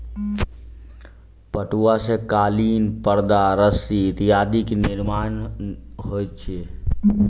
पटुआ सॅ कालीन परदा रस्सी इत्यादि के निर्माण होइत अछि